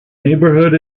neighbourhood